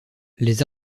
les